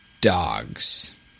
dogs